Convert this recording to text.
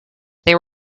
they